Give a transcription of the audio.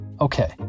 Okay